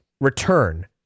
return